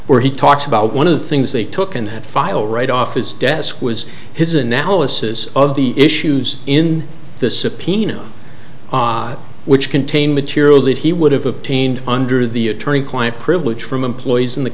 where he talks about one of the things they took in that file right off his desk was his analysis of the issues in the subpoena which contained material that he would have obtained under the attorney client privilege from employees in the